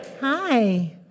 Hi